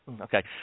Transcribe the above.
okay